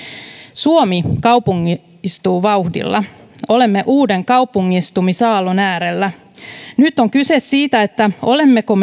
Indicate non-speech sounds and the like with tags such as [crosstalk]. suomi kaupungistuu vauhdilla olemme uuden kaupungistumisaallon äärellä nyt on kyse siitä olemmeko [unintelligible]